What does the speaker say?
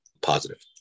positive